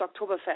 Oktoberfest